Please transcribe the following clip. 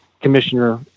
commissioner